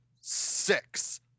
six